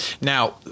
Now